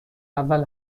اول